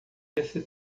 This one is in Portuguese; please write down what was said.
esse